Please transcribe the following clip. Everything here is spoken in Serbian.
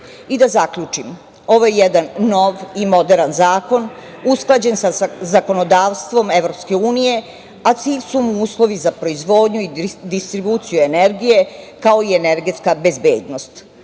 zaključim, ovaj jedan nov i moderan zakon, usklađen sa zakonodavstvom EU, a cilj su mu uslovi za proizvodnju i distribuciju energije, kao i energetska bezbednost.